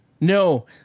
No